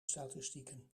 statistieken